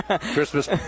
Christmas